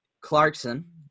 Clarkson